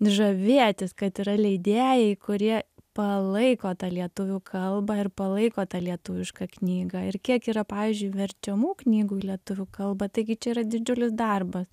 žavėtis kad yra leidėjai kurie palaiko tą lietuvių kalbą ir palaiko tą lietuvišką knygą ir kiek yra pavyzdžiui verčiamų knygų į lietuvių kalbą taigi čia yra didžiulis darbas